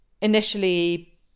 initially